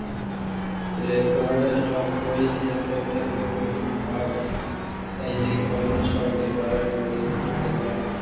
preferred stock कोई share capital के ऊ भाग हइ जे कॉमन स्टॉक के द्वारा निर्देशित न कैल जा हइ